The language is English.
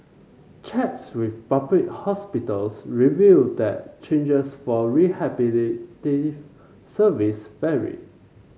checks with public hospitals revealed that charges for rehabilitative services vary